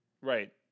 Right